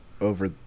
over